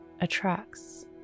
attracts